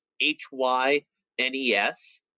H-Y-N-E-S